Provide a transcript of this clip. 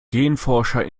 genforscher